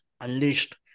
unleashed